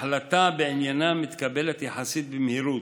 החלטה בעניינן מתקבלת יחסית במהירות,